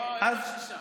לא, איזה שישה?